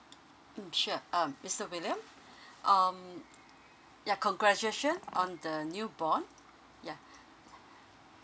mm sure um mister william um yeah congratulation on the newborn yeah